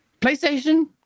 PlayStation